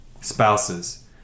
spouses